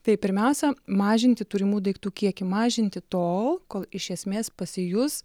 tai pirmiausia mažinti turimų daiktų kiekį mažinti tol kol iš esmės pasijus